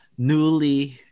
newly